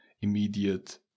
immediate